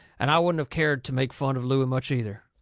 and i wouldn't of cared to make fun of looey much, either.